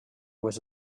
was